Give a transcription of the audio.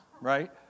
right